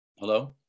Hello